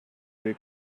they